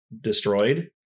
destroyed